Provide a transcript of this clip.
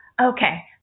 Okay